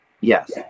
Yes